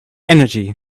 energy